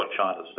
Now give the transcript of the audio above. China's